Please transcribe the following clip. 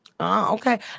Okay